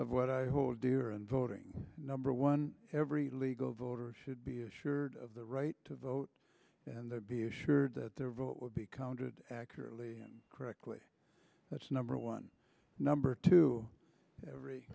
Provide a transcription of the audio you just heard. of what i hold dear and voting number one every legal voter should be assured of the right to vote and be assured that their vote will be counted accurately and correctly that's number one number two every